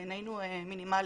בעינינו, מינימלי.